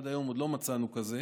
עד היום עוד לא מצאנו כזה,